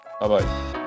Bye-bye